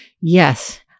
yes